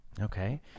Okay